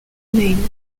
name